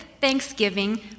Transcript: thanksgiving